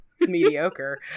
mediocre